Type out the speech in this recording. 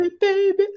baby